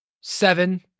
seven